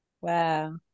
Wow